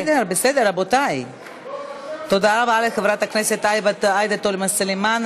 תודה רבה לחברת הכנסת עאידה תומא סלימאן.